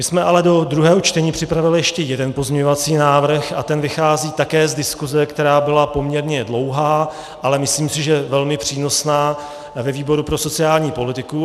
My jsme ale do druhého čtení připravili ještě jeden pozměňovací návrh a ten vychází také z diskuse, která byla poměrně dlouhá, ale myslím si, že velmi přínosná, ve výboru pro sociální politiku.